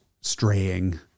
straying